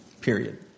Period